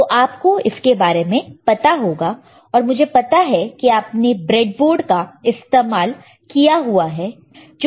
तो आपको इसके बारे में पता होगा और मुझे पता है कि आपने ब्रेडबोर्ड का इस्तेमाल किया हुआ है